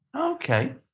Okay